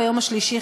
ביום השלישי,